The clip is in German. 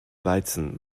weizen